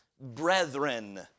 brethren